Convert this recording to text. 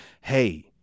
hey